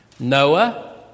Noah